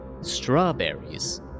strawberries